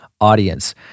Audience